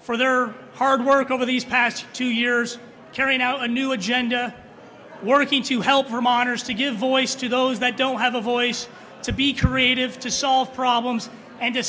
for their hard work over these past two years carrying out a new agenda working to help reminders to give voice to those that don't have a voice to be creative to solve problems and